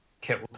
killed